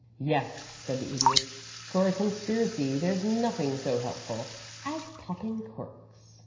yes, said the idiot for a conspiracy there's nothing so helpful as popping corks